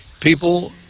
People